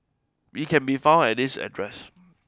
he can be found at this address